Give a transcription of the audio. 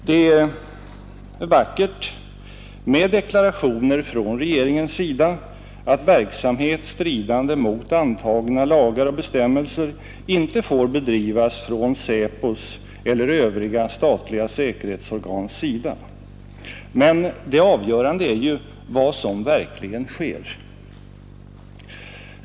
Det är vackert med deklarationer från regeringen att verksamhet stridande mot antagna lagar och bestämmelser inte får bedrivas av SÄPO eller övriga statliga säkerhetsorgan, men det avgörande är ju vad som verkligen sker.